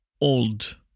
old